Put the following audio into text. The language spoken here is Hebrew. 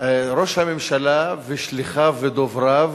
ראש הממשלה ושליחיו ודובריו